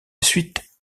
suite